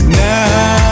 now